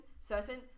certain